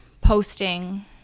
posting